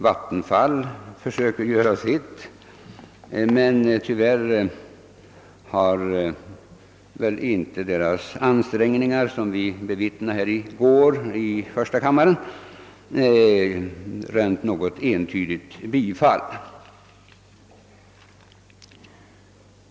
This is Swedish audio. Vattenfall försöker ge sitt bidrag, men tyvärr har väl dess ansträngningar, som i går diskuterades i första kammaren, inte mötts med något entydigt gillande.